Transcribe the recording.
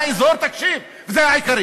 מרכיבי האזור, תקשיב, זה העיקר.